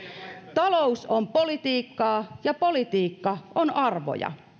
talous on politiikkaa ja politiikka on arvoja